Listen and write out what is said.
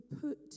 put